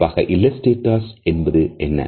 குறிப்பாக இல்ல ஸ்டேட்டஸ் என்பது என்ன